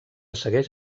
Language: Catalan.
segueix